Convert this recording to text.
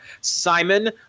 simon